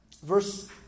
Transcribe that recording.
Verse